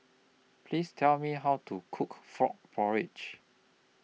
Please Tell Me How to Cook Frog Porridge